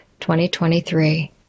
2023